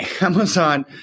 Amazon –